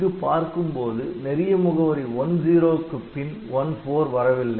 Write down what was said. இங்கு பார்க்கும்போது நெறிய முகவரி '10' க்கு பின் '14' வரவில்லை